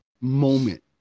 moment